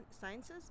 sciences